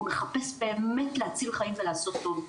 הוא מחפש באמת להציל חיים ולעשות טוב,